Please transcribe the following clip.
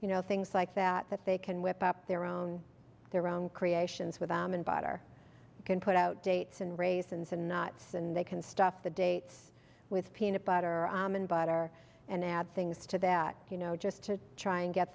you know things like that that they can whip up their own their own creations with been bought or can put out dates and raisins and knots and they can stuff the dates with peanut butter almond butter and add things to that you know just to try and get